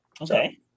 Okay